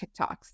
TikToks